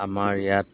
আমাৰ ইয়াত